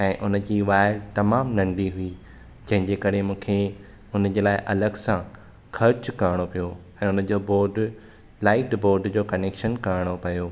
ऐं उनजी वायर तमामु नंढी हुई जंहिंजे करे मूंखे उनजे लाइ अलॻि सां ख़र्चु करणो पियो ऐं उनजो बोर्ड लाइट बोर्ड जो कनेक्शन करणो पियो